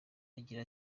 agira